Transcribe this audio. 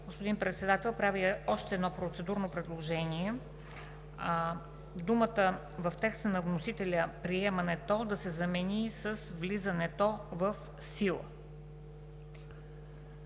Господин Председател, правя още едно процедурно предложение – думата в текста на вносителя „приемането“ да се замени с „влизането в сила“.